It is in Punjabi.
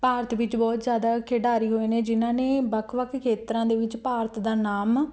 ਭਾਰਤ ਵਿੱਚ ਬਹੁਤ ਜ਼ਿਆਦਾ ਖਿਡਾਰੀ ਹੋਏ ਨੇ ਜਿਨ੍ਹਾਂ ਨੇ ਵੱਖ ਵੱਖ ਖੇਤਰਾਂ ਦੇ ਵਿੱਚ ਭਾਰਤ ਦਾ ਨਾਮ